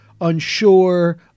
unsure